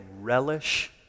relish